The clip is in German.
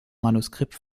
manuskript